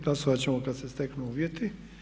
Glasovat ćemo kad se steknu uvjeti.